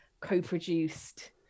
co-produced